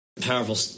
powerful